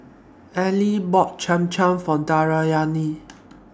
Eli bought Cham Cham For Deyanira